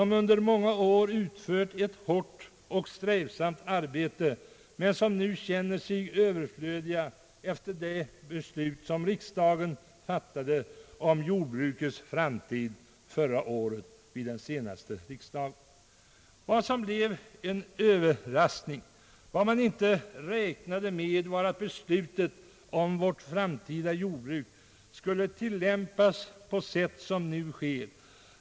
De har under många år utfört ett hårt och strävsamt arbete men känner sig nu överflödiga efter det beslut som fattades om jordbrukets framtid vid den senaste riksdagen. Vad som blev en överraskning, vad man inte räknat med, var att beslutet om vårt framtida jordbruk skulle tilllämpas på sätt som nu sker.